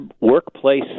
workplace